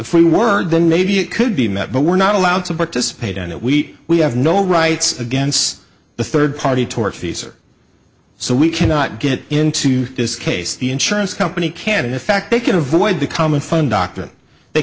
free word then maybe it could be met but we're not allowed to participate in it we we have no rights against the third party tortfeasor so we cannot get into this case the insurance company can and in fact they can avoid becoming phone doctor they